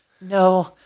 No